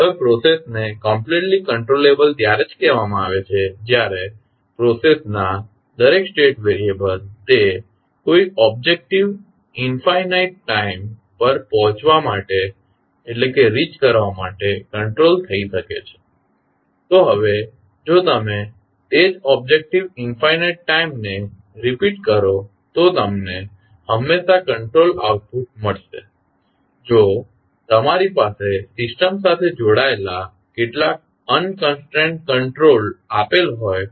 હવે પ્રોસેસ ને completely controllable ત્યારે જ કહેવામાં આવે છે જ્યારે પ્રોસેસ ના દરેક સ્ટેટ વેરિએબલ તે કોઇક ઓબજેક્ટીવ ઇનફાઇનાઇટ ટાઇમ પર પહોચવા માટે કંટ્રોલ થઇ શકે છે તો હવે જો તમે તે જ ઓબજેક્ટીવ ઇનફાઇનાઇટ ટાઇમ ને રિપીટ કરો તો તમને હંમેશાં કંટ્રોલ આઉટપુટ મળશે જો તમારી પાસે સિસ્ટમ સાથે જોડાયેલા કેટલાક અનકંસ્ટ્રેંડ કંટ્રોલ્ડ આપેલ હોય